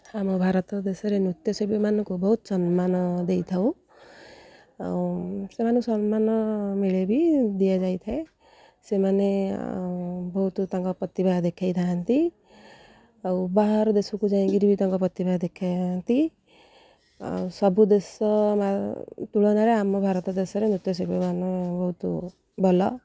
ଆମ ଭାରତ ଦେଶରେ ନୃତ୍ୟଶିଳ୍ପୀମାନଙ୍କୁ ବହୁତ ସମ୍ମାନ ଦେଇଥାଉ ଆଉ ସେମାନେ ସମ୍ମାନ ମିଳେ ବି ଦିଆଯାଇଥାଏ ସେମାନେ ବହୁତ ତାଙ୍କ ପ୍ରତିଭା ଦେଖେଇଥାନ୍ତି ଆଉ ବାହାର ଦେଶକୁ ଯାଇକରି ବି ତାଙ୍କ ପ୍ରତିଭା ଦେଖାନ୍ତି ଆଉ ସବୁ ଦେଶ ତୁଳନାରେ ଆମ ଭାରତ ଦେଶରେ ନୃତ୍ୟଶିଳ୍ପୀମାନ ବହୁତୁ ଭଲ